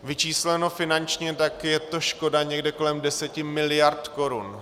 Vyčísleno finančně, je to škoda někde kolem 10 miliard korun.